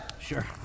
Sure